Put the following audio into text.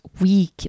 week